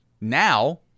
now